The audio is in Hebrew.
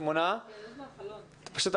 ועדיין השורה התחתונה היא שרובם המכריע לא חזר לעבודה.